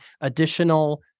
additional